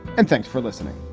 and thanks for listening